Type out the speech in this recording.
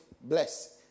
bless